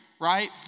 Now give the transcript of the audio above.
right